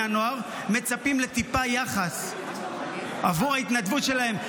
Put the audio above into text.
הנוער מצפים לטיפה יחס עבור ההתנדבות שלהם.